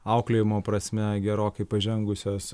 auklėjimo prasme gerokai pažengusios